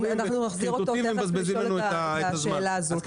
אנחנו תכף נשאל את השאלה הזו.